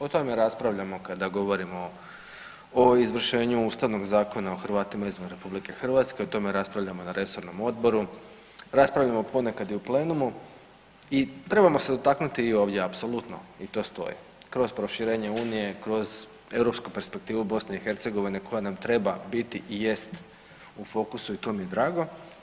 O tome raspravljamo kada govorimo o izvršenju Ustavnog zakona o Hrvatima izvan Republike Hrvatske, o tome raspravljamo na resornom odboru, raspravljamo ponekad i u plenumu i trebamo se dotaknuti i ovdje apsolutno i to stoji kroz proširenje Unije, kroz europsku perspektivu Bosne i Hercegovine koja nam treba biti i jest u fokusu i to mi je drago.